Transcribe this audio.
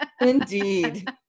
Indeed